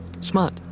Smart